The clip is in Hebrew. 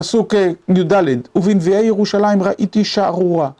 פסוק י"ד, ובנביאי ירושלים ראיתי שערורה.